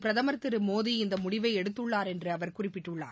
பிரதமர் திரு நரேந்திரமோடி இந்த முடிவை எடுத்துள்ளார் என்றும் அவர் குறிப்பிட்டுள்ளார்